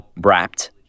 wrapped